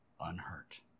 unhurt